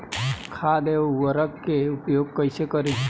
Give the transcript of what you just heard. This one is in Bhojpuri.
खाद व उर्वरक के उपयोग कइसे करी?